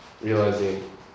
realizing